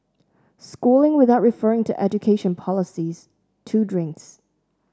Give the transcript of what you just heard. schooling without referring to education policies two drinks